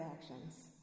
actions